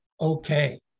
okay